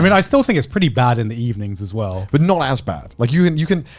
i mean i still think it's pretty bad in the evenings, as well. but not as bad. like you and you can,